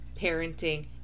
parenting